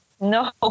No